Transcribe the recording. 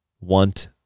want